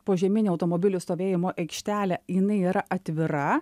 požeminė automobilių stovėjimo aikštelė jinai yra atvira